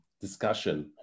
discussion